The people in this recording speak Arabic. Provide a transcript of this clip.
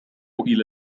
إلى